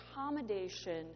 accommodation